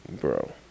bro